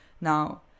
now